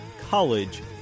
College